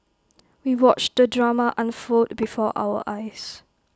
we watched the drama unfold before our eyes